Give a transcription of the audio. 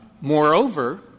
Moreover